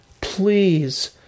Please